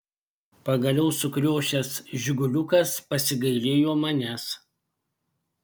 pagaliau sukriošęs žiguliukas pasigailėjo manęs